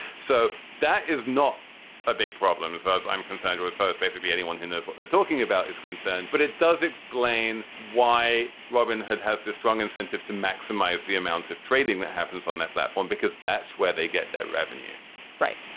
so that is not a big problem as far as i'm concerned with, is basically anyone who knows what they're talking about is concerned. but it does explain why robin hood has this strong incentive to maximize the amount of trading that happens on that platform because that's where they get their revenue right.